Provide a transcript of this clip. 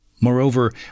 Moreover